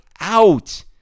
out